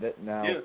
Now